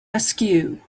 askew